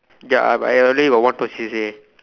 ya I I already got one two C_C_A